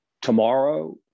tomorrow